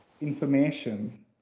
information